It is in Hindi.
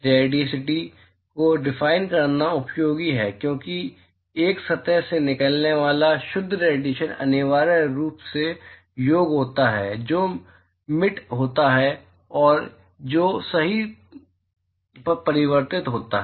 रेडियोसिटी को डिफाइन करना उपयोगी है क्योंकि एक सतह से निकलने वाला शुद्ध रेडिएशन अनिवार्य रूप से योग होता है जो मिट होता है और जो सही पर परावर्तित होता है